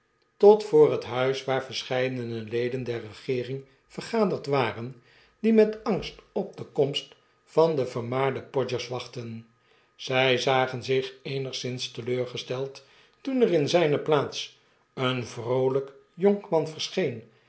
tot voor het huiswaarverscheidene leden derregeering vergaderd waren die met angst op de komst van denvermaarden podgers wachtten zij zagen zich eenigszins teleurgesteld toen er in zijne plaats een vroolijk jonkman verscheen